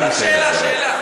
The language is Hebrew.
רק שאלה, שאלה.